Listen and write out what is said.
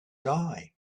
die